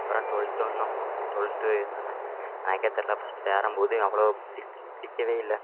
அப்புறம் ட்வல்த்து வந்தோம் ட்வல்த்து வந்தோன்னே எனக்கே தெரில ஃபஸ்ட்டு சேரும்போது அவ்வளோ பிடிக் பிடிக்கவே இல்லை